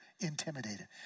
intimidated